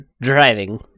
driving